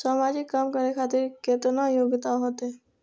समाजिक काम करें खातिर केतना योग्यता होते?